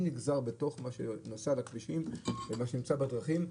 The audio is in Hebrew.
מגזר, בכל מה שקשור לבטיחות בדרכים.